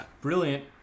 brilliant